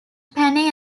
panay